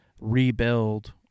rebuild